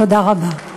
תודה רבה.